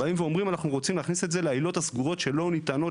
באים ואומרים אנחנו רוצים להכניס את זה לעילות הסגורות שלא ניתנות